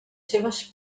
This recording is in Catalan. seves